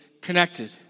connected